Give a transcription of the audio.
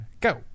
go